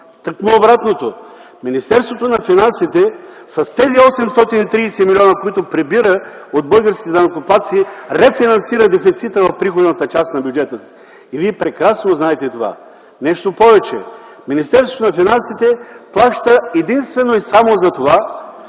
Тъкмо обратното, Министерството на финансите с тези 830 милиона, които прибира от българските данъкоплатци, рефинансира дефицита в приходната част на бюджета си и Вие прекрасно знаете това. Нещо повече, Министерството на финансите плаща единствено и само за това,